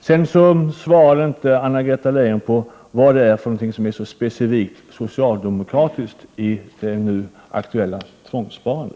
Anna-Greta Leijon svarade inte på vad det är som är så specifikt socialdemokratiskt i det nu aktuella förslaget om tvångssparande.